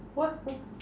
what the